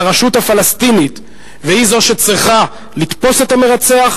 הרשות הפלסטינית והיא זו שצריכה לתפוס את המרצח,